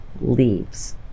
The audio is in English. leaves